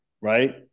Right